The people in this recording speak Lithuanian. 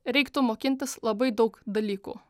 reiktų mokintis labai daug dalykų